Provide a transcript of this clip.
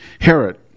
Herod